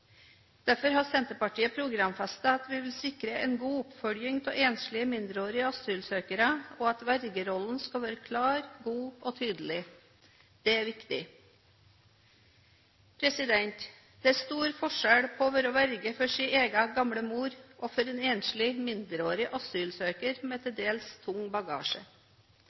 Derfor har Senterpartiet programfestet at vi vil sikre en god oppfølging av enslige, mindreårige asylsøkere, og at vergerollen skal være klar, god og tydelig. Det er viktig. Det er stor forskjell på å være verge for sin egen gamle mor og for en enslig, mindreårig asylsøker med til dels tung bagasje.